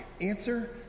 Answer